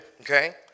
Okay